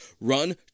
run